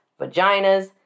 vaginas